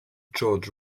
george